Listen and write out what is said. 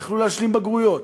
ויכלו להשלים בגרויות.